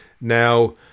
Now